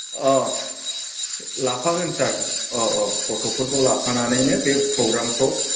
औ लाफागोन सार औ औ गथ'फोरखौ लाफानानैनो बे फग्रामखौ